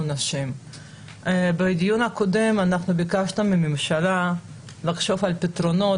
בדיון הקודם ביקשנו מהממשלה לחשוב על פתרונות